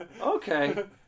okay